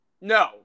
No